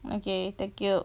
okay thank you